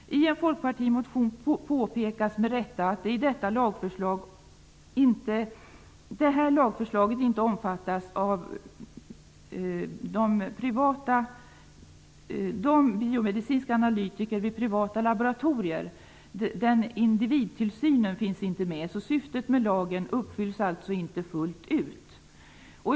I en folkpartimotion påpekas med rätta att detta lagförslag innebär att biomedicinska analytiker vid privata laboratorier inte omfattas av bestämmelserna om individtillsyn. Syftet med lagen uppfylls alltså inte fullt ut.